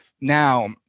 Now